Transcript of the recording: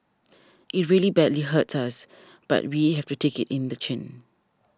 it really badly hurts us but we have to take it in the chin